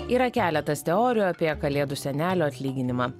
yra keletas teorijų apie kalėdų senelio atlyginimą